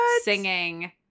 singing